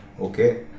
okay